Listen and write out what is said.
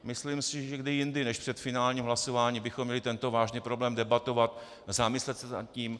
Myslím si, že kdy jindy než před finálním hlasováním bychom měli tento vážný problém debatovat, zamyslet se nad tím.